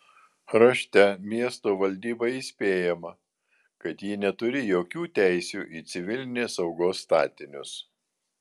rašte miesto valdyba įspėjama kad ji neturi jokių teisių į civilinės saugos statinius